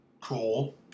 Cool